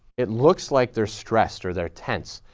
it looks like they're stressed or they're tense.